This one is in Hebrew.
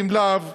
ואם לאו",